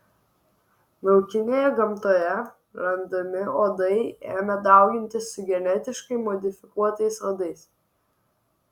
laukinėje gamtoje randami uodai ėmė daugintis su genetiškai modifikuotais uodais